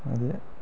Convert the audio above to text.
आं ते